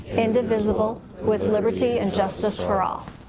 indivisible, with liberty and justice for all.